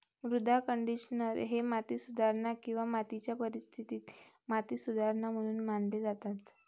मृदा कंडिशनर हे माती सुधारणा किंवा मातीच्या परिस्थितीत माती सुधारणा म्हणून मानले जातात